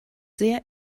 sehr